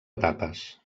etapes